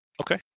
Okay